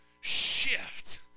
shift